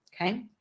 okay